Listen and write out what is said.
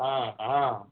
ह हा